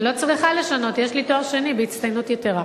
לא צריכה לשנות, יש לי תואר שני בהצטיינות יתירה,